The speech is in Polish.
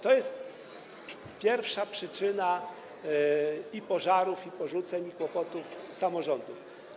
To jest pierwsza przyczyna i pożarów, i porzuceń, i kłopotów samorządów.